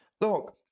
look